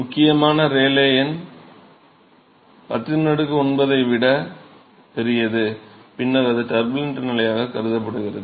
முக்கியமான ரேலே எண் 10 9 ஐ விட பெரியது பின்னர் அது டர்புலன்ட் நிலையாக கருதப்படுகிறது